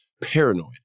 paranoid